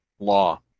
Law